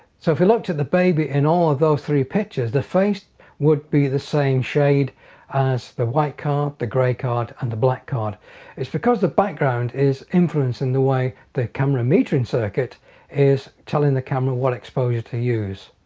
so if we looked at the baby in all of those three pictures the face would be the same shade as the white card the gray card and the black card it is because the background is influencing in the way the camera metering circuit is telling the camera what exposure to use.